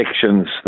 sections